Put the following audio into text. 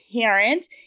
Parent